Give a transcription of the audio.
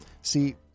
See